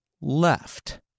left